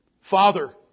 Father